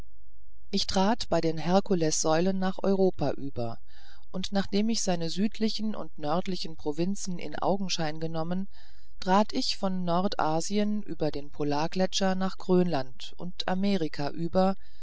ich trat bei den herkules säulen nach europa über und nachdem ich seine südlichen und nördlichen provinzen in augenschein genommen trat ich von nordasien über den polargletscher nach grönland und amerika über